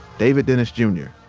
david dennis jr,